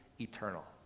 eternal